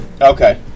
okay